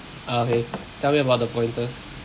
ah okay tell me about the pointers